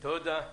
תודה.